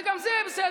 וגם זה בסדר.